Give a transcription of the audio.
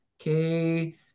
okay